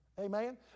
Amen